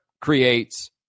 creates